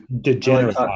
degenerate